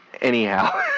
anyhow